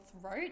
throat